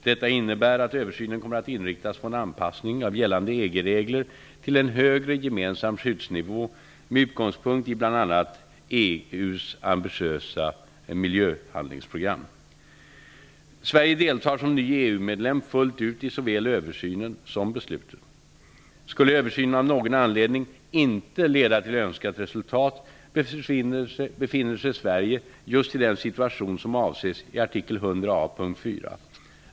Detta innebär att översynen kommer att inriktas på en anpassning av gällande EG-regler till en högre gemensam skyddsnivå med utgångspunkt i bl.a. EU:s ambitiösa miljöhandlingsprogram. Sverige deltar som ny EU medlem fullt ut i såväl översynen som beslutet. Skulle översynen av någon anledning inte leda till önskat resultat befinner sig Sverige just i den situation som avses i artikel 100 a, p. 4.